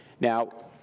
Now